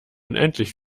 unendlich